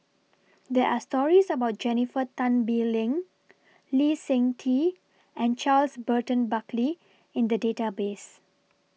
There Are stories about Jennifer Tan Bee Leng Lee Seng Tee and Charles Burton Buckley in The Database